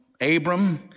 Abram